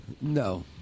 No